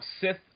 Sith